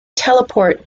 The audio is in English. teleport